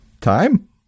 time